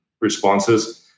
responses